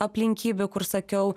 aplinkybių kur sakiau